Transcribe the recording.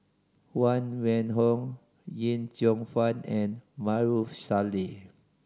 Huang Wenhong Yip Cheong Fun and Maarof Salleh